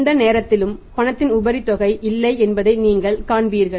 எந்த நேரத்திலும் பணத்தின் உபரி தொகை இல்லை என்பதை நீங்கள் காண்பீர்கள்